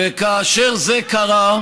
וכאשר זה קרה,